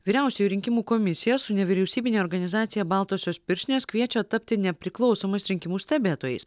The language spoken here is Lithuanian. vyriausioji rinkimų komisija su nevyriausybine organizacija baltosios pirštinės kviečia tapti nepriklausomais rinkimų stebėtojais